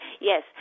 Yes